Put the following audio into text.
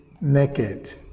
naked